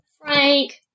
Frank